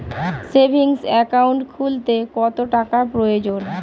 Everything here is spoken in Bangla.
সেভিংস একাউন্ট খুলতে কত টাকার প্রয়োজন?